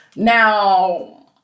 Now